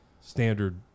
standard